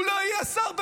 הוא לא יהיה שר בממשלתך.